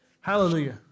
Hallelujah